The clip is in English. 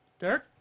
Derek